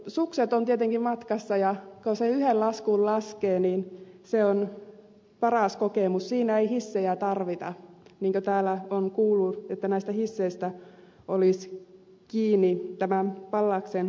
sukset ovat tietenkin matkassa ja kun sen yhden laskun laskee niin se on paras kokemus siinä ei hissejä tarvita niin kuin täällä on kuullut että näistä hisseistä olisi kiinni tämä pallaksen kehittäminen